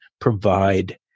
provide